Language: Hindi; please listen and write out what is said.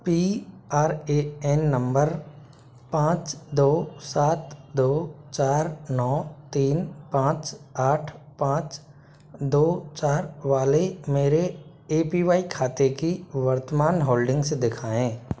P R A N number पाँच दो सात दो चार नौ तीन पाँच आठ पाँच दो चार वाले मेरे ए पी वाई खाते की वर्तमान होल्डिंग्स दिखाएँ